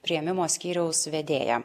priėmimo skyriaus vedėja